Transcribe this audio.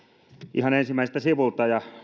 ihan ensimmäiseltä sivulta ja